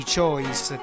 Choice